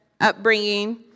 upbringing